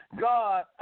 God